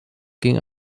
ging